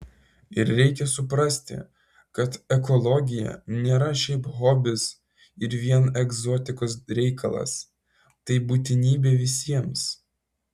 ir reikia suprasti kad ekologija nėra šiaip hobis ir vien egzotikos reikalas tai būtinybė visiems